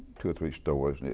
two or three stores.